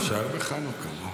נישאר בחנוכה.